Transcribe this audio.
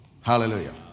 hallelujah